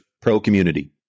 pro-community